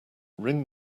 ring